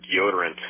deodorant